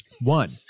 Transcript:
one